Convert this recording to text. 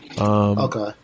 Okay